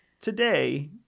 today